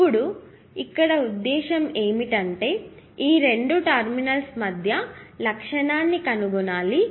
ఇప్పుడు నా ఉద్దేశ్యం ఏమిటంటే ఈ రెండు టెర్మినల్స్ మధ్య లక్షణాన్ని కనుగొనాలి